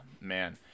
Man